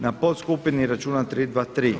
Na pod skupini računam 323.